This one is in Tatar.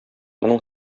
моның